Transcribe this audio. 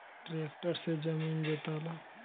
tractor से जमीन जोताला